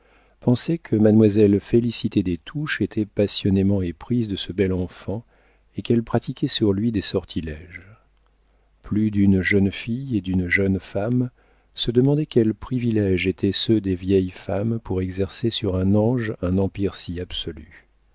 pensait que mademoiselle félicité des touches était passionnément éprise de ce bel enfant et qu'elle pratiquait sur lui des sortilèges plus d'une jeune fille et d'une jeune femme se demandaient quels priviléges étaient ceux des vieilles femmes pour exercer sur un ange un empire si absolu